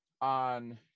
on